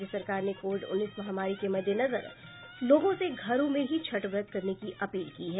राज्य सरकार ने कोविड उन्नीस महामारी के मद्देनजर लोगों से घरों में ही छठ व्रत करने की अपील की है